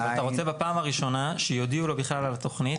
אתה רוצה שבפעם הראשונה שיודיעו לו בכלל על התכנית,